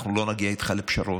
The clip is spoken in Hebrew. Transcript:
אנחנו לא נגיע איתך לפשרות.